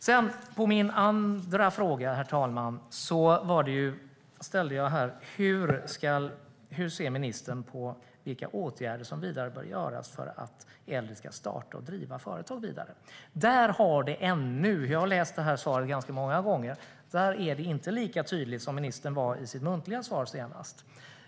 Den andra frågan jag ställde, herr talman, var hur ministern ser på vilka vidare åtgärder som bör vidtas för att äldre ska starta och driva företag. Jag har läst det skriftliga svaret ganska många gånger, och där var det inte lika tydligt som i ministerns senaste muntliga svar.